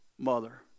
mother